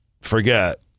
forget